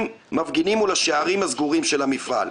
מפגינים מול השערים הסגורים של המפעל.